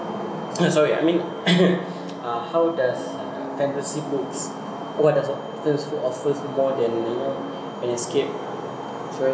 uh sorry I mean uh how does fantasy groups what does not who offers more than you know an escape